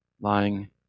lying